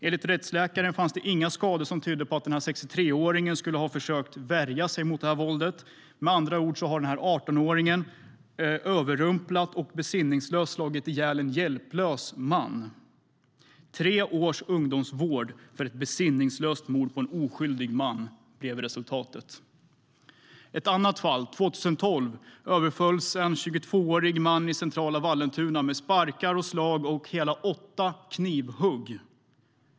Enligt rättsläkaren fanns inga skador som tydde på att 63-åringen skulle ha försökt värja sig mot våldet. Med andra ord har 18-åringen överrumplat och besinningslöst slagit ihjäl en hjälplös man. Tre års ungdomsvård för ett besinningslöst mord på en oskyldig man blev resultatet. I ett annat fall 2012 överfölls en 22-årig man i centrala Vallentuna med sparkar och slag och hela åtta knivhugg.